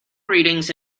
readings